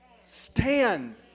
stand